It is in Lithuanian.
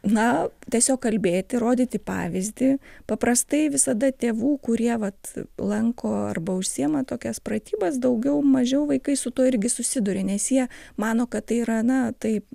na tiesiog kalbėti rodyti pavyzdį paprastai visada tėvų kurie vat lanko arba užsiima tokias pratybas daugiau mažiau vaikai su tuo irgi susiduria nes jie mano kad tai yra na taip